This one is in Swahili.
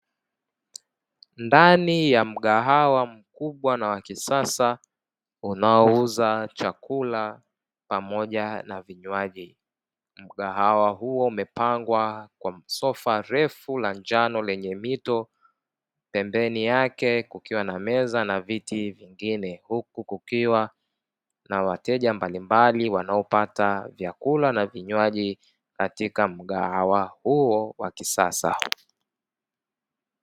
Ndani ya mgahawa mkubwa na wa kisasa unaouza chakula pamoja na vinywaji, mgahawa huo umepangwa kwa sofa refu la njano lenye mito pembeni yake kukiwa na meza na viti vingine huku kukiwa na wateja mbalimbali wanaopata vyakula na vinywaji katika mgahawa huo wa kisasa.